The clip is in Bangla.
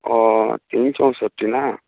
ও তিন চৌষট্টি না